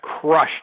crushed